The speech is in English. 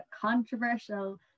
controversial